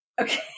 okay